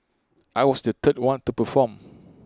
I was the third one to perform